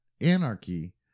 anarchy